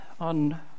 on